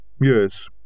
Yes